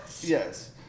yes